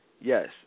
Yes